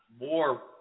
more